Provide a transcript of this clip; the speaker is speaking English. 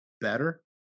better